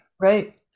right